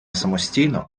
самостійно